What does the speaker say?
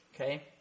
Okay